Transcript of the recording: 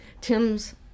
Tim's